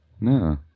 No